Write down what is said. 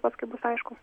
paskui bus aišku